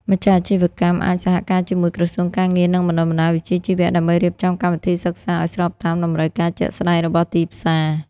ម្ចាស់អាជីវកម្មអាចសហការជាមួយក្រសួងការងារ និងបណ្ដុះបណ្ដាលវិជ្ជាជីវៈដើម្បីរៀបចំកម្មវិធីសិក្សាឱ្យស្របតាមតម្រូវការជាក់ស្តែងរបស់ទីផ្សារ។